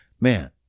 man